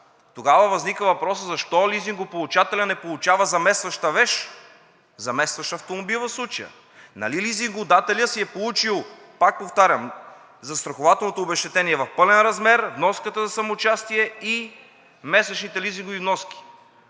Тогава възниква въпросът: защо лизингополучателят не получава заместваща вещ, заместващ автомобил в случая? Нали лизингодателят си е получил, пак повтарям, застрахователното обезщетение в пълен размер, вноската за самоучастие и месечните лизингови вноски?